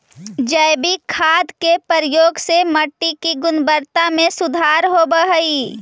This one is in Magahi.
जैविक खाद के प्रयोग से मट्टी के गुणवत्ता में सुधार होवऽ हई